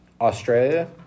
Australia